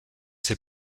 ses